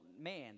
man